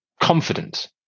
confident